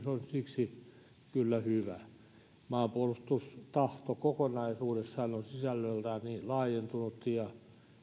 on siksi kyllä hyvä maanpuolustustahto kokonaisuudessaan on sisällöltään laajentunut ja